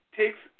takes